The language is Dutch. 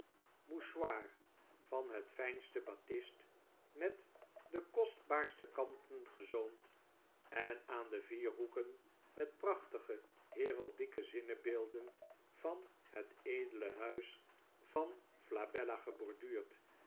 van het fijnste batist met de kostbaarste kanten gezoomd en aan de vier hoeken met de prachtige heraldieke zinnebeelden van het edele huis van flabella